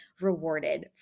rewarded